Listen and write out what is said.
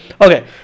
Okay